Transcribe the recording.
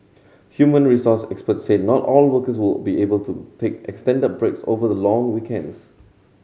human resource experts said not all workers will be able to take extended breaks over the long weekends